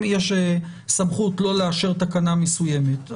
אם יש לנו סמכות לא לאשר תקנה מסוימת,